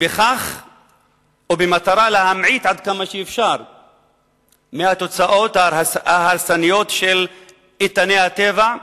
לכך במטרה להמעיט עד כמה שאפשר מהתוצאות ההרסניות של איתני הטבע,